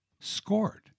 scored